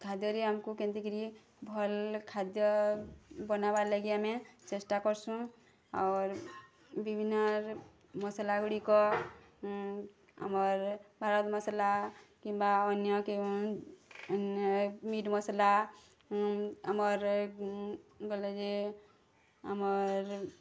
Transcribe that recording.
ଖାଦ୍ୟରେ ଆମ୍କୁ କେନ୍ତି କରି ଭଲ୍ ଖାଦ୍ୟ ବନାବା ଲାଗି ଆମେ ଚେଷ୍ଟା କର୍ସୁଁ ଅର୍ ବିଭିନ୍ନ ମସଲାଗୁଡ଼ିକ ଆମର୍ ଭାରତ୍ ମସଲା କିମ୍ୱା ଅନ୍ୟ କେଉଁ ମିଟ୍ ମସଲା ଆମର୍ ଗଲେ ଯେ ଆମର୍